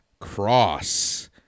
Cross